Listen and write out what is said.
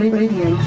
radio